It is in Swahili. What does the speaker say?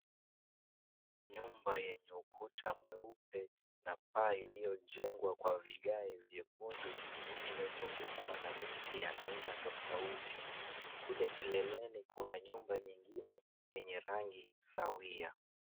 Nyumba yenye ukuta mweupe na paa iliyojengwa kwa vigae vyekundu, imezungukwa na miti ya aina tofauti. Kule kileleni kuna nyumba nyingine yenye rangi sawia.